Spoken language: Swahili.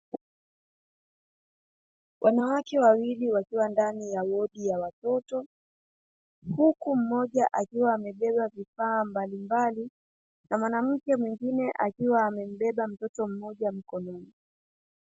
Wanawake wawili wakiwa ndani ya wodi ya watoto, huku mmoja akiwa amebeba vifaa mbalimbali na mwanamke mwingine akiwa amembeba mtoto mmoja mkononi.